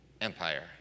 empire